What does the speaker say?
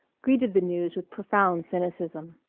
greeted the news with profound cynicism.